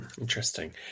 Interesting